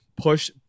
push